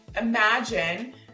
imagine